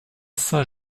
saint